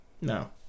No